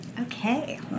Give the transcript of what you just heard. Okay